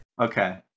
okay